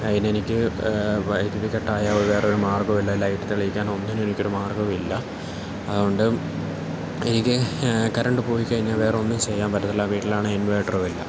അതിന് എനിക്ക് വൈദ്യുതി കട്ടായാൽ വേറൊരു മാർഗ്ഗവില്ല ലൈറ്റ് തെളിയിക്കാനോ ഒന്നിനും എനിക്കൊരു മാർഗ്ഗം ഇല്ല അതുകൊണ്ട് എനിക്ക് കറണ്ട് പോയിക്കഴിഞ്ഞാൽ വേറൊന്നും ചെയ്യാന് പറ്റത്തില്ല വീട്ടിലാണേൽ ഇൻവേട്ടറും ഇല്ല